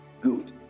Good